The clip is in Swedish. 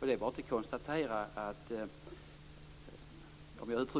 Om jag uttrycker det som så att det är bara att